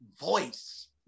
voice